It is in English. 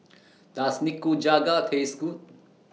Does Nikujaga Taste Good